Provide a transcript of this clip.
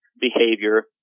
behavior